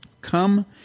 Come